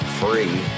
free